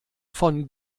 von